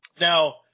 now